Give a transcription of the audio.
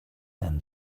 than